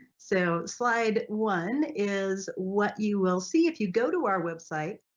so slide one, is what you will see if you go to our website